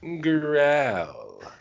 Growl